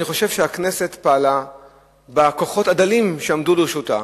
אני חושב שהכנסת פעלה בכוחות הדלים שעמדו לרשותה,